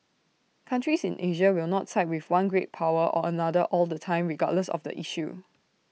countries in Asia will not side with one great power or another all the time regardless of the issue